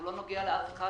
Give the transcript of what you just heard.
הוא לא נוגע לאף אחד.